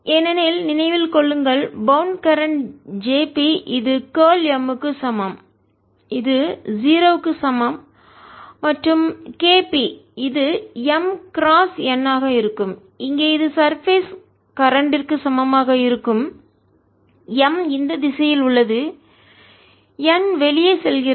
ஏனெனில் நினைவில் கொள்ளுங்கள் பௌன்ட் கட்டுப்படுத்தப்பட்ட கரண்ட் J B இது கார்ல் M க்கு சமம்இது 0 க்கு சமம் மற்றும் KB இது M கிராஸ் n ஆக இருக்கும் இங்கே இது சர்பேஸ் மேற்பரப்பு கரண்ட்மின்னோட்டத்திற்கு க்கு சமமாக இருக்கும் M இந்த திசையில் உள்ளது n வெளியே செல்கிறது